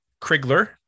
Krigler